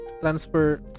transfer